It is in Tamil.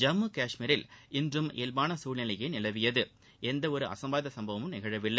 ஜம்மு காஷ்மீரில் இன்றும் இயல்பான சூழ்நிலையே நிலவியது எந்த ஒரு அசம்பாவித சம்பவமும் நிகழவில்லை